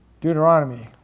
Deuteronomy